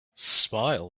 smile